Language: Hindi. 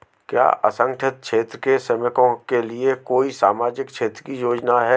क्या असंगठित क्षेत्र के श्रमिकों के लिए कोई सामाजिक क्षेत्र की योजना है?